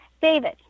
David